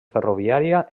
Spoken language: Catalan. ferroviària